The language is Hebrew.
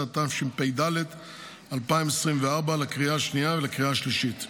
19), התשפ"ד 2024, לקריאה השנייה ולקריאה השלישית.